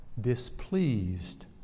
displeased